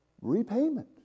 repayment